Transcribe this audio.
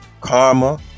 karma